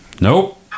Nope